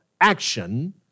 action